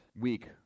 week